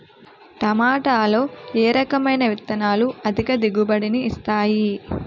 టమాటాలో ఏ రకమైన విత్తనాలు అధిక దిగుబడిని ఇస్తాయి